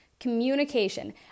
communication